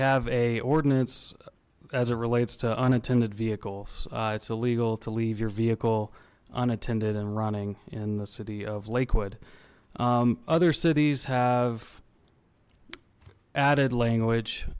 have a ordinance as it relates to unattended vehicles it's illegal to leave your vehicle unattended and running in the city of lakewood other cities have added language